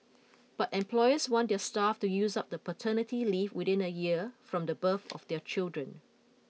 but employers want their staff to use up the paternity leave within a year from the birth of their children